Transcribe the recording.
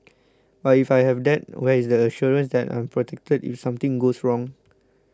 but if I have that where is the assurance that I'm protected if something goes wrong